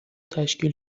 تشکیل